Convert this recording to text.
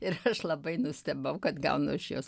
ir aš labai nustebau kad gaunu iš jos